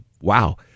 wow